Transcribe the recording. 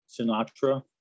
Sinatra